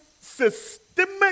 systemic